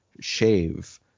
shave